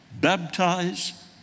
baptize